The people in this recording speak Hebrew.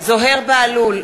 זוהיר בהלול,